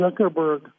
Zuckerberg